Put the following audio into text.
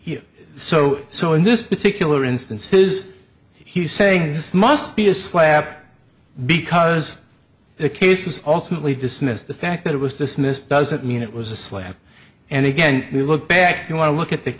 he so so in this particular instance is he saying this must be a slap because the case was ultimately dismissed the fact that it was dismissed doesn't mean it was a slam and again we look back you want to look at the